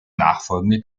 nachfolgende